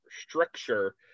structure